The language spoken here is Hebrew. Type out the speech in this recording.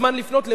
בנשיאות,